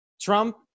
Trump